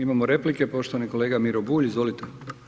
Imamo replike, poštovani kolega Miro Bulj, izvolite.